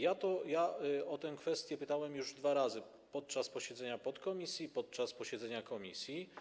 Ja o tę kwestię pytałem już dwa razy - podczas posiedzenia podkomisji i podczas posiedzenia komisji.